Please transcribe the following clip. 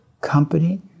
company